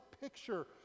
picture